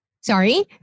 Sorry